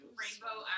rainbow